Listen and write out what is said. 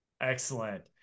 Excellent